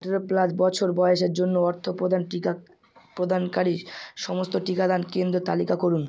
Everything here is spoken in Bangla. আঠেরো প্লাস বছর বয়সের জন্য অর্থপ্রদান টিকা প্রদানকারীর সমস্ত টিকাদান কেন্দ্রর তালিকা করুন